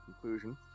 conclusion